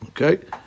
Okay